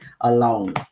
alone